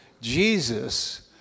Jesus